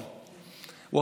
שב,